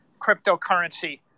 cryptocurrency